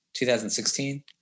2016